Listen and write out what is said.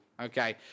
Okay